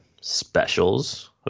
specials